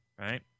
right